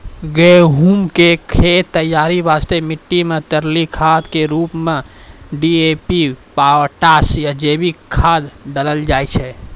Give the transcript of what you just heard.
गहूम के खेत तैयारी वास्ते मिट्टी मे तरली खाद के रूप मे डी.ए.पी पोटास या जैविक खाद डालल जाय छै